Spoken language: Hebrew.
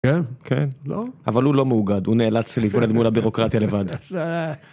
כן, כן, אבל הוא לא מאוגד, הוא נאלץ ל.. מול הבירוקרטיה לבד.